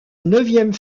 neuvième